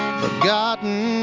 forgotten